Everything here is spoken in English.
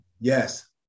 Yes